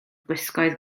gwisgoedd